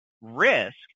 risk